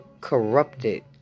corrupted